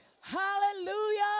Hallelujah